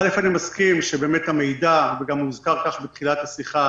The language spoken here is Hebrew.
אני מסכים שהמידע וגם הוזכר כך בתחילת השיחה